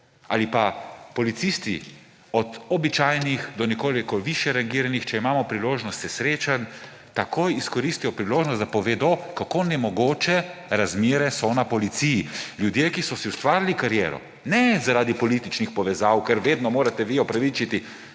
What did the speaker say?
Ali pa policisti, od običajnih do nekoliko višje rangiranih, če se imamo priložnost srečati, takoj izkoristijo priložnost, da povedo, kako nemogoče razmere so na policiji. Ljudje, ki so si ustvarili kariero, ne zaradi političnih povezav, ker vedno morate vi upravičiti